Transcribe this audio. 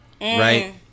right